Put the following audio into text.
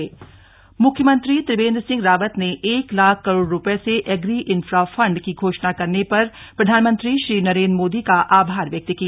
मुख्यमंत्री आभार मुख्यमंत्री त्रिवेन्द्र सिंह रावत ने एक लाख करोड़ रूपए से एग्री इंफ्रा फंड की घोषणा करने पर प्रधानमंत्री श्री नरेन्द्र मोदी का आभार व्यक्त किया